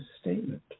statement